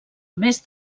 més